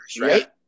right